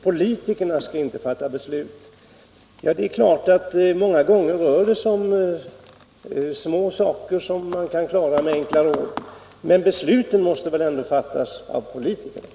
Politikerna skall inte fatta beslut. Det är klart att det många gånger rör sig om små saker som kan klaras genom enkla råd, men besluten måste väl ändå fattas av politikerna.